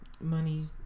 money